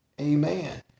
Amen